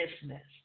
business